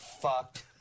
fucked